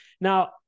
Now